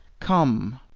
come!